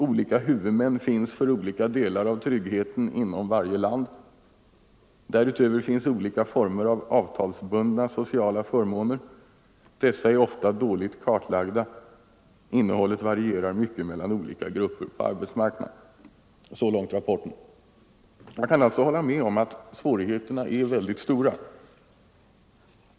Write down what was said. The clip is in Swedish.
Olika huvudmän finns för olika delar av tryggheten inom varje land. --- Därutöver finns olika former av avtalsbundna sociala förmåner. Dessa är ofta dåligt kartlagda och innehållet varierar mycket mellan olika grupper på arbetsmarknaden.” Jag kan alltså hålla med om att svårigheterna är mycket stora.